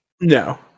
No